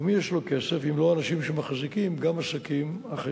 ומי יש לו כסף אם לא אנשים שמחזיקים גם עסקים אחרים?